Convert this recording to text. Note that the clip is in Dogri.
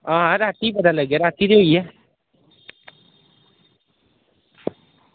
आं रातीं पता लग्गेआ रातीं होई ऐ